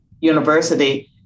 University